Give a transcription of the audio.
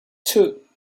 two